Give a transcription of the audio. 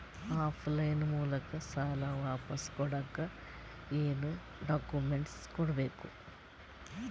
Of line ಮೂಲಕ ಸಾಲ ವಾಪಸ್ ಕೊಡಕ್ ಏನು ಡಾಕ್ಯೂಮೆಂಟ್ಸ್ ಕೊಡಬೇಕು?